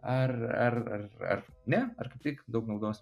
ar ar ar ar ne ar kaip tik daug naudos